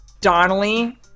donnelly